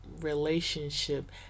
relationship